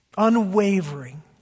unwavering